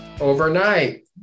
Overnight